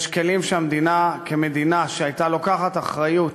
יש כלים שהמדינה, כמדינה שלקחה אחריות